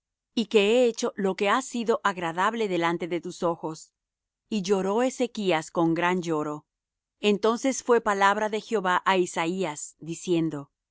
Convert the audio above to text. y que he hecho lo que ha sido agradable delante de tus ojos y lloró ezechas con gran lloro entonces fué palabra de jehová á isaías diciendo